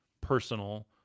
personal